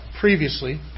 previously